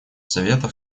совета